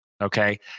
Okay